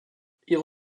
ihre